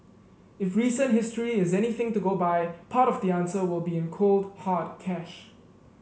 if recent history is anything to go by part of the answer will be in cold hard cash